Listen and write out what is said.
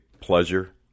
pleasure